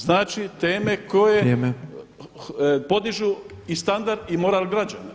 Znači teme koje podižu i standard i moral građana.